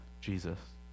Jesus